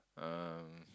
um